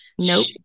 Nope